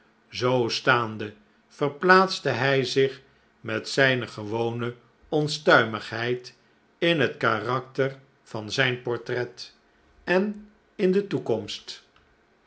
zoo staande verplaatste hij zich met zijne gewone onstuimigheid in het karakter van zijn portret en in de toekomst